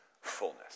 fullness